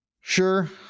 sure